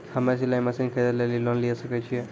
हम्मे सिलाई मसीन खरीदे लेली लोन लिये सकय छियै?